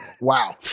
Wow